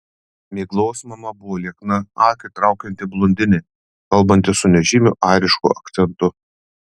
miglos mama buvo liekna akį traukianti blondinė kalbanti su nežymiu airišku akcentu